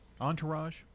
Entourage